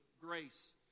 grace